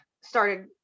started